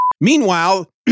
Meanwhile